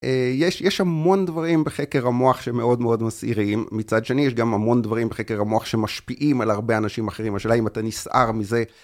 יש המון דברים בחקר המוח שמאוד מאוד מסעירים, מצד שני יש גם המון דברים בחקר המוח שמשפיעים על הרבה אנשים אחרים, השאלה אם אתה נסער מזה.